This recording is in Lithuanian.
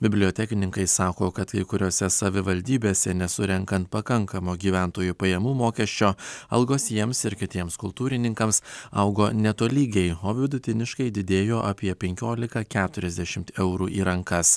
bibliotekininkai sako kad kai kuriose savivaldybėse nesurenkant pakankamo gyventojų pajamų mokesčio algos jiems ir kitiems kultūrininkams augo netolygiai o vidutiniškai didėjo apie penkiolika keturiasdešimt eurų į rankas